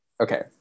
okay